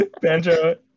Banjo